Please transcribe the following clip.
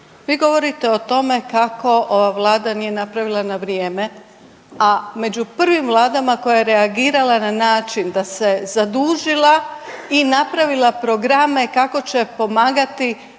vi govorite o tome kako ova Vlada nije napravila na vrijeme, a među prvim vladama koja je reagirala na način da se zadužila i napravila programe kako će pomagati